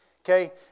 Okay